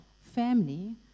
family